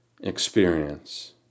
experience